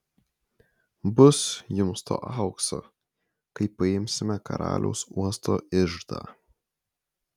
bus jums to aukso kai paimsime karaliaus uosto iždą